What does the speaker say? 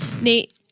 nate